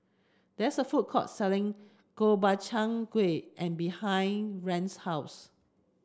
there is a food court selling Gobchang Gui behind Rance's house